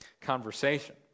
conversation